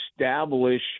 establish